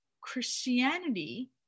Christianity